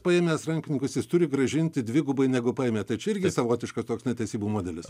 paėmęs rankpinigius jis turi grąžinti dvigubai negu paėmė tai čia irgi savotiška toks netesybų modelis